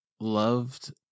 loved